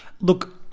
look